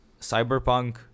Cyberpunk